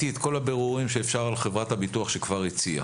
את כל הבירורים האפשריים על חברת הביטוח שכבר הציעה,